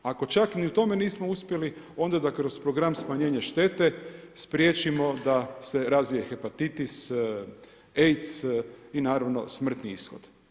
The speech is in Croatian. Ako čak ni u tome nismo uspjeli, onda da kroz program smanjenja štete spriječimo da se razvije hepatitis, AIDS i naravno, smrtni ishod.